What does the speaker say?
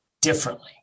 differently